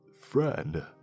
Friend